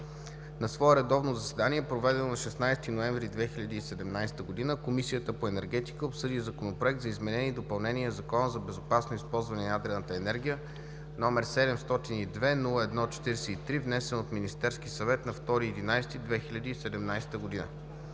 На свое редовно заседание, проведено на 16 ноември 2017 г., Комисията по енергетика обсъди Законопроект за изменение и допълнение на Закона за безопасно използване на ядрената енергия, № 702-01-43, внесен от Министерския съвет на 2 ноември 2017 г.